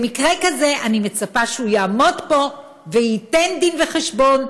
במקרה כזה אני מצפה שהוא יעמוד פה וייתן דין וחשבון,